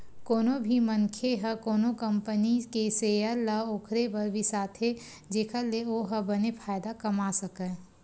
कोनो भी मनखे ह कोनो कंपनी के सेयर ल ओखरे बर बिसाथे जेखर ले ओहा बने फायदा कमा सकय